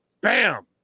bam